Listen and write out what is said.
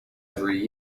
every